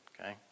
okay